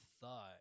thought